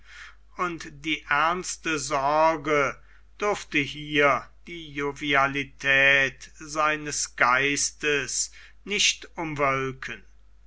und die ernste sorge durfte hier die jovialität seines geists nicht umwölken